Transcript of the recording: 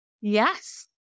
Yes